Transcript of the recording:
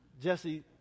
jesse